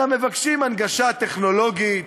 אלא מבקשים הנגשה טכנולוגית,